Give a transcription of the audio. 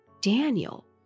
Daniel